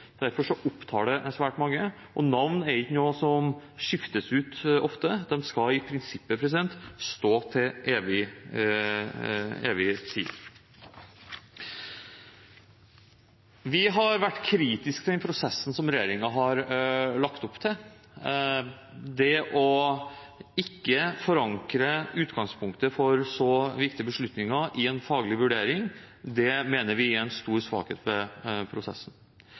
Derfor opptar det svært mange. Navn er ikke noe som skiftes ut ofte; de skal i prinsippet stå til evig tid. Vi har vært kritiske til den prosessen som regjeringen har lagt opp til. Å ikke forankre utgangspunktet for så viktige beslutninger i en faglig vurdering mener vi er en stor svakhet ved prosessen.